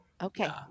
Okay